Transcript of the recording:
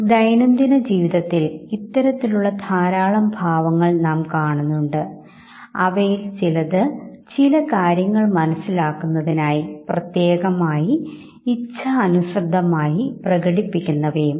അതുകൂടാതെ പരീക്ഷകന് ഒപ്പം സംഘമായിരുന്നും കാണേണ്ടതാണ് ഒറ്റയ്ക്ക് സിനിമ കാണുന്ന അവസ്ഥയിൽ പ്രേക്ഷകന് ഉണ്ടായ ഭാവപ്രകടനങ്ങൾ പ്രത്യേകം നിരീക്ഷിക്കുന്നുണ്ടായിരുന്നു